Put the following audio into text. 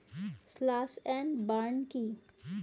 Slash and burn কি?